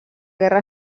guerra